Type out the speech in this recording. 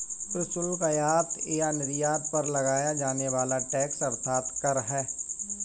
प्रशुल्क, आयात या निर्यात पर लगाया जाने वाला टैक्स अर्थात कर है